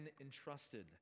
entrusted